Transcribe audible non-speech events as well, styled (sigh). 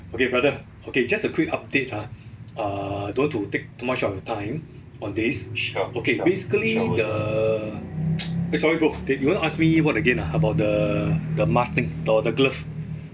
okay brother okay just a quick update ah err don't want to take too much of your time on this okay basically the (noise) eh sorry bro you want to ask me what again ah about the the mask thing th~ the glove